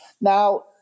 Now